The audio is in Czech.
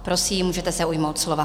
Prosím, můžete se ujmout slova.